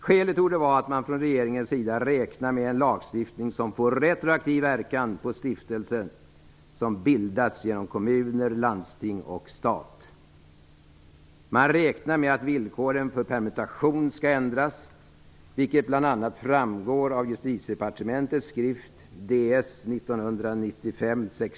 Skälet torde vara att man från regeringens sida räknar med en lagstiftning som får retroaktiv verkan på stiftelser som bildats genom kommuner, landsting och stat. Man räknar med att villkoren för permutation skall ändras, vilket bl.a.